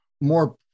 more